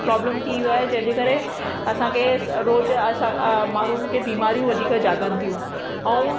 problem थी वियो आहे जंहिंजे करे असांखे रोज़ु असां माण्हुनि खे बीमारियूं वधीक जाॻनि थियूं ऐं